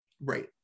Right